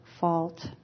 fault